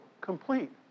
complete